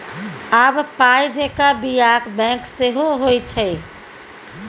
आब पाय जेंका बियाक बैंक सेहो होए छै